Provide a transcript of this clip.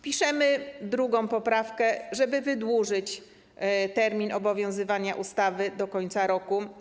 Piszemy drugą poprawkę, żeby wydłużyć termin obowiązywania ustawy do końca roku.